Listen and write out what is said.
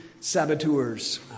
saboteurs